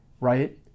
right